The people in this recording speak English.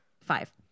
five